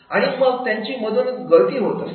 आणि मग त्यांची मधूनच गळती होऊ शकते